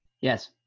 Yes